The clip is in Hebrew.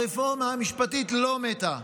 הרפורמה המשפטית לא מתה,